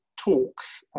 talks